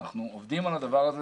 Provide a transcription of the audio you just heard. אנחנו עובדים על הדבר הזה.